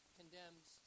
condemns